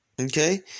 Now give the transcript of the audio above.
okay